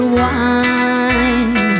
wine